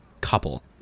couple